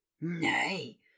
Nay